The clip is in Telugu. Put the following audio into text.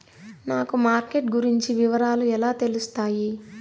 నాకు మార్కెట్ గురించి వివరాలు ఎలా తెలుస్తాయి?